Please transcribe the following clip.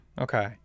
okay